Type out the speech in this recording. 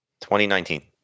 2019